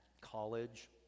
college